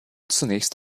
zunächst